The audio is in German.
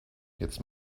jetzt